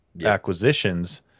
acquisitions